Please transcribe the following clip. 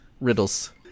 riddles